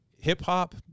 Hip-hop